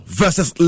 versus